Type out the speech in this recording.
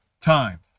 Time